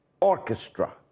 orchestra